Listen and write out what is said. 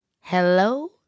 hello